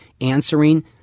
answering